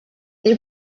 they